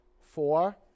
four